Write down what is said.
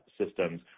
systems